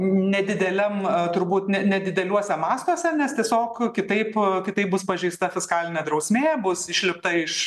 nedideliam turbūt ne nedideliuose mastuose nes tiesiog kitaip kitaip bus pažeista fiskalinė drausmė bus išlipta iš